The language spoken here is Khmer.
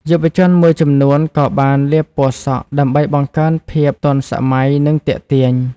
យុវជនមួយចំនួនក៏បាន លាបពណ៌សក់ ដើម្បីបង្កើនភាពទាន់សម័យនិងទាក់ទាញ។